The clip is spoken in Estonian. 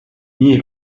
nii